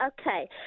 Okay